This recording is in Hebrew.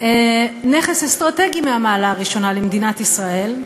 נכס אסטרטגי מהמעלה הראשונה למדינת ישראל,